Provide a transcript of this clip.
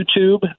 YouTube